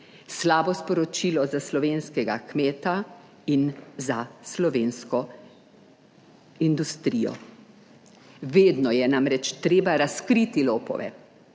Slabo sporočilo za slovenskega kmeta in za slovensko industrijo. Vedno je namreč treba razkriti lopove,